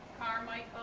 carmichael.